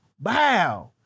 bow